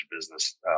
business